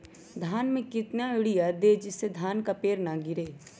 धान में कितना यूरिया दे जिससे धान का पेड़ ना गिरे?